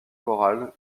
chorale